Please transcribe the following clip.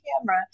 camera